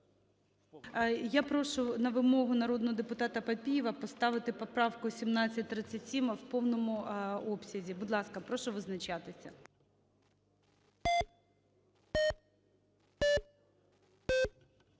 Я прошу на вимогу народного депутата Папієва поставити поправку 1737 в повному обсязі. Будь ласка, прошу визначатися.